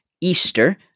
Easter